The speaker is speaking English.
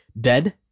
dead